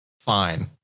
fine